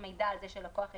הרבה סובלים מזה שלא בצדק.